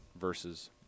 versus